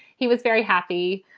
he was very happy.